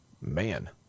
man